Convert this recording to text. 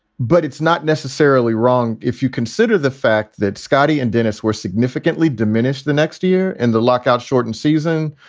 but it's not necessarily wrong if you consider the fact that scotty and dennis were significantly diminished the next year and the lockout shortened season.